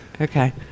Okay